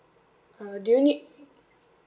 uh do you need